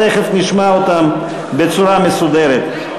תכף נשמע אותם בצורה מסודרת.